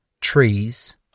trees